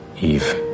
Eve